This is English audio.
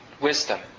wisdom